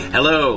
Hello